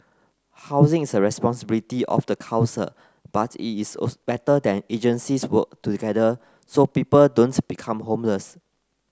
housing is the responsibility of the council but it is also better that agencies work together so people don't become homeless